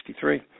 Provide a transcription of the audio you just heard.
1963